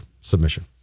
submission